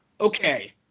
okay